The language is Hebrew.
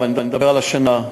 ואני מדבר על השנה,